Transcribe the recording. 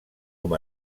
com